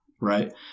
Right